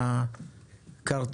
שמענו מה הכוונות מפה ומשם,